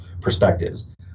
perspectives